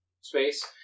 space